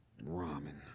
Ramen